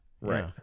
right